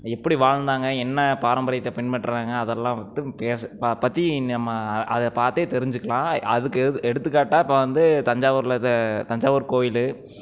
எப்படி வாழ்ந்தாங்க என்ன பாரம்பரியத்தை பின்பற்றினாங்க அதெல்லாம் பேச பற்றி நம்ம அதை பார்த்தே தெரிஞ்சுக்கலாம் அதுக்கு எடுத்துக்காட்டாக இப்போ வந்து தஞ்சாவூரில் இதை தஞ்சாவூர் கோயில்